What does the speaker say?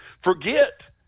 forget